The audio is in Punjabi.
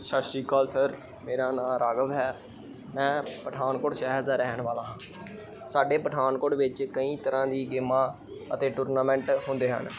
ਸਤਿ ਸ਼੍ਰੀ ਅਕਾਲ ਸਰ ਮੇਰਾ ਨਾਂ ਰਾਘਵ ਹੈ ਮੈਂ ਪਠਾਨਕੋਟ ਸ਼ਹਿਰ ਦਾ ਰਹਿਣ ਵਾਲਾ ਹਾਂ ਸਾਡੇ ਪਠਾਨਕੋਟ ਵਿੱਚ ਕਈ ਤਰ੍ਹਾਂ ਦੀ ਗੇਮਾਂ ਅਤੇ ਟੂਰਨਾਮੈਂਟ ਹੁੰਦੇ ਹਨ